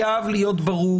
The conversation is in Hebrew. אדוני, אבל חייב להיות ברור